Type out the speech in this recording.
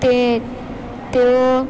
તે તેઓ